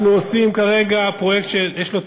אנחנו עושים כרגע פרויקט שיש לו,